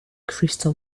crystal